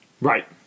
right